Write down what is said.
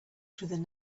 through